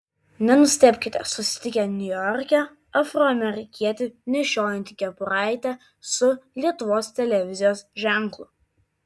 nenustebkite susitikę niujorke afroamerikietį nešiojantį kepuraitę su lietuvos televizijos ženklu